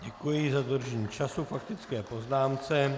Děkuji za dodržení času k faktické poznámce.